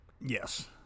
Yes